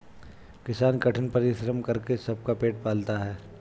किसान कठिन परिश्रम करके सबका पेट पालता है